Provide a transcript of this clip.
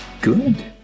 good